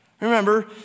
Remember